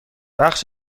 بخش